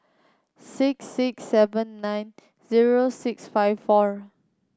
six six seven nine zero six five four